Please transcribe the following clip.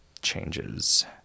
changes